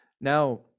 now